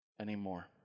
anymore